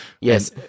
Yes